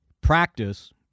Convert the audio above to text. practice